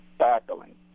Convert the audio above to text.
tackling